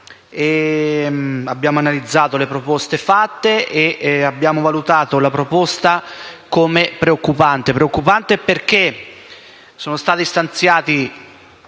Abbiamo analizzato le proposte fatte ed abbiamo valutato tali proposte come preoccupanti, perché sono stati stanziati